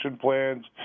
plans